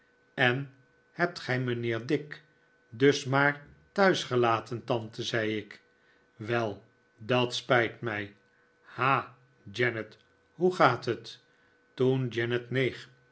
en hebt gij mijnheer dick dus maar thuis gelaten tante zei ik wel dat spijt mij ha janet hoe gaat het toen janet neeg